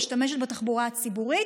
משתמשת בתחבורה הציבורית,